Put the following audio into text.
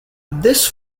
this